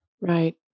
Right